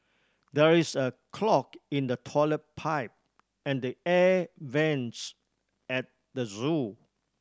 there is a clog in the toilet pipe and the air vents at the zoo